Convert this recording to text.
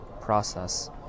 process